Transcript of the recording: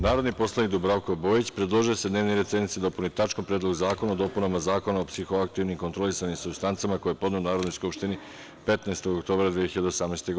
Narodni poslanik Dubravko Bojić predložio je da se dnevni red sednice dopuni tačkom – Predlog zakona o dopunama Zakona o psihoaktivnim kontrolisanim supstancama, koji je podneo Narodnoj skupštini 15. oktobra 2018. godine.